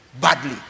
Badly